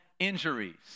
injuries